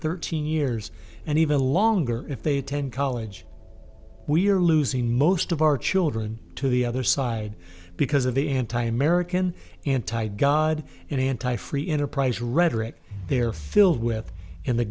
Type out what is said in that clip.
thirteen years and even longer if they attend college we are losing most of our children to the other side because of the anti american anti god and anti free enterprise rhetoric they are filled with in the